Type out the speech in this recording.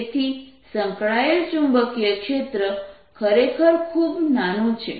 તેથી સંકળાયેલ ચુંબકીય ક્ષેત્ર ખરેખર ખૂબ નાનું છે